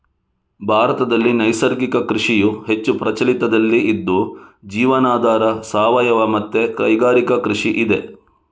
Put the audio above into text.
ಭಾರತದಲ್ಲಿ ನೈಸರ್ಗಿಕ ಕೃಷಿಯು ಹೆಚ್ಚು ಪ್ರಚಲಿತದಲ್ಲಿ ಇದ್ದು ಜೀವನಾಧಾರ, ಸಾವಯವ ಮತ್ತೆ ಕೈಗಾರಿಕಾ ಕೃಷಿ ಇದೆ